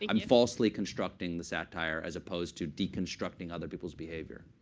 i'm falsely constructing the satire as opposed to deconstructing other people's behavior.